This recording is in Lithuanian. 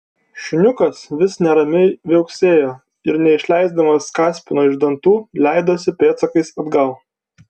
šuniukas vis neramiai viauksėjo ir neišleisdamas kaspino iš dantų leidosi pėdsakais atgal